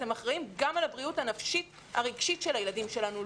אתם אחראים גם על הבריאות הנפשית הרגשית של הילדים שלנו,